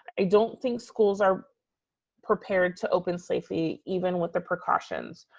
i don't think schools are prepared to open safely, even with the precautions.